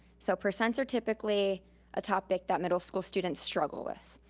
so percents are typically a topic that middle school students struggle with,